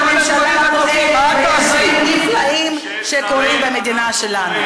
הממשלה פועלת ויש דברים נפלאים שקורים במדינה שלנו.